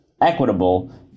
equitable